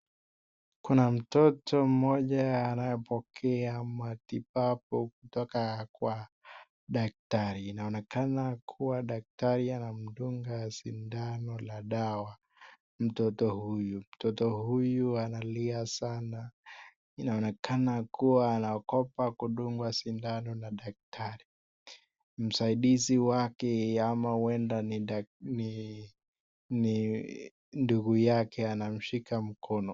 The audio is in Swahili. Kuna mtoto mmoja anapokea matibabu kutoka kwa daktari . Inaonekana kuwa daktari anamdunga sindano la dawa. Mtoto huyu , mtoto huyu analia sana. Inaonekana kuwa anaogopa kuwa anaogopa kudungwa sindano na daktari . Msaidizi wake ama ama huenda ni nii ni dungu yake anamshika mkono.